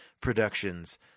Productions